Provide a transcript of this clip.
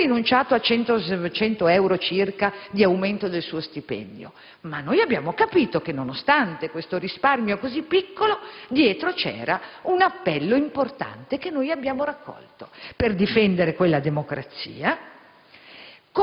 lui ha rinunciato a circa 100 euro di aumento del suo stipendio; ma noi abbiamo capito che nonostante questo risparmio così piccolo, dietro c'era un appello importante, che noi abbiamo raccolto, per difendere questa democrazia